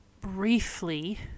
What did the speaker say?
briefly